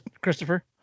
Christopher